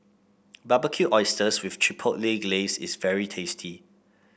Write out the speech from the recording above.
Barbecued Oysters with Chipotle Glaze is very tasty